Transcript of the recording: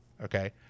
Okay